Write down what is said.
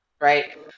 right